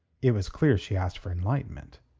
it was clear she asked for enlightenment.